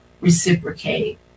reciprocate